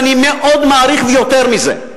אני מאוד מעריך, ויותר מזה,